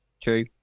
True